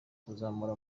kuzamura